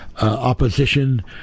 opposition